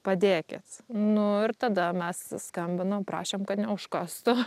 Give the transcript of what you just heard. padėkit nu ir tada mes skambinom prašėm kad neužkastų